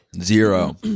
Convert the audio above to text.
Zero